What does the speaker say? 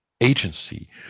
agency